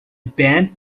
band